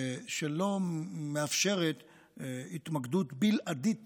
שלא מאפשרת התמקדות בלעדית